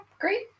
great